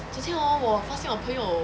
之前 hor 我发现我朋友